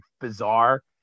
bizarre